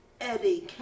Eddie